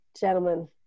gentlemen